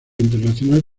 internacional